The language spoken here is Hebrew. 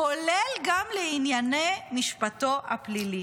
כולל גם לענייני משפטו הפלילי.